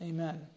Amen